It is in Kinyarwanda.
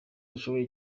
dushoboye